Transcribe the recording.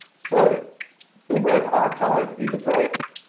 so the web archive is a great,